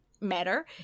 matter